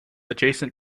adjacent